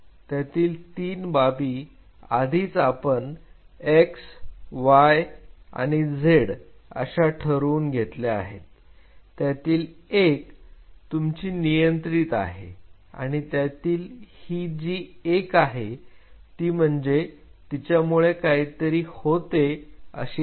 त्यातील तीन बाबी आधीच आपण x y आणि आणि z अशा ठरवून घेतल्या आहेत त्यातील एक तुमची नियंत्रित आहे आणि त्यातील ही जी एक आहे ती म्हणजे तिच्यामुळे काहीतरी होते अशी आहे